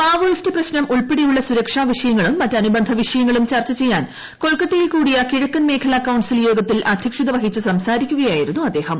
Maoist പ്രശ്നം ഉൾപ്പെടെയുള്ള സുരക്ഷാ വിഷയങ്ങളും മറ്റ് അനുബന്ധ വിഷയങ്ങളും ചർച്ച കൊൽക്കത്തയിൽ കൂടിയ കിഴക്കൻ മേഖല കൌൺസിൽ യോഗത്തിൽ അദ്ധ്യക്ഷത വഹിച്ച് സംസാരിക്കുകയായിരുന്നു അദ്ദേഹം